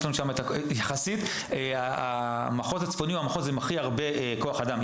שם יש לנו יחסית הרבה כוח אדם,